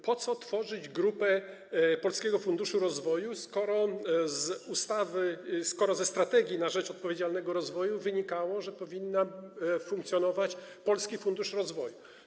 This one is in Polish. Po co tworzyć Grupę Polskiego Funduszu Rozwoju, skoro z ustawy, skoro ze strategii na rzecz odpowiedzialnego rozwoju wynikało, że powinien funkcjonować Polski Fundusz Rozwoju?